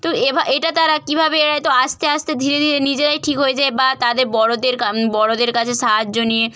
তো এইটা তারা কীভাবে এত আস্তে আস্তে ধীরে ধীরে নিজেরাই ঠিক হয়ে যায় বা তাদের বড়দের কাম বড়দের কাছে সাহায্য নিয়ে